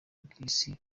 bw’isi